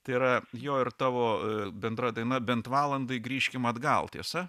tai yra jo ir tavo bendra daina bent valandai grįžkim atgal tiesa